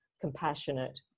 compassionate